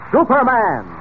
Superman